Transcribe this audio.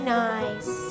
nice